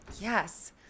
yes